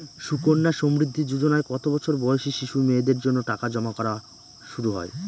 সুকন্যা সমৃদ্ধি যোজনায় কত বছর বয়সী শিশু মেয়েদের জন্য টাকা জমা করা শুরু হয়?